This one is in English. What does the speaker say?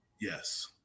Yes